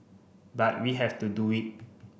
but we have to do it